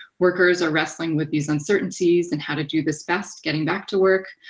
workers are wrestling with these uncertainties and how to do this best, getting back to work.